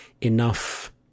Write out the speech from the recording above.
enough